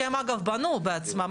שהם אגב בנו בעצם,